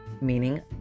meaning